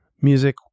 music